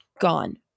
gone